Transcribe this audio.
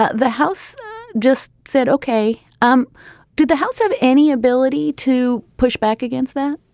ah the house just said, ok. um did the house have any ability to push back against that?